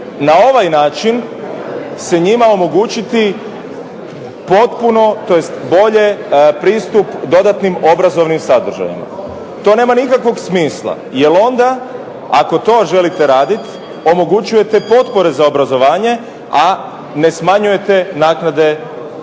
na ovaj način se njima omogućiti potpuno tj. bolje pristup dodatnim obrazovnim sadržajima. To nema nikakvog smisla. Jer onda ako to želite raditi omogućujete potpore za obrazovanje, a ne smanjujte naknade za